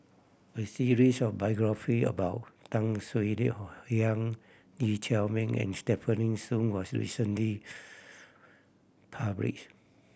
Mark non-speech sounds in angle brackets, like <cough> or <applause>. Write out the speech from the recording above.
a series of biography about Tan Swie <unintelligible> Hian Lee Chiaw Meng and Stefanie Sun was recently publish